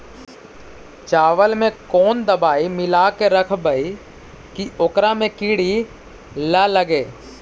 चावल में कोन दबाइ मिला के रखबै कि ओकरा में किड़ी ल लगे?